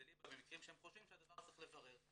דליבה" במקרים שהם חושבים שהדבר צריך לברר.